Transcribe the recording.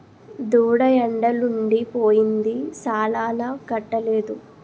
దూడ ఎండలుండి పోయింది సాలాలకట్టలేదు